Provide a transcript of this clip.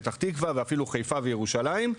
פתח תקווה ואפילו חיפה וירושלים,